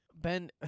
Ben